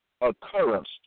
occurrence